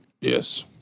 Yes